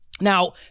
Now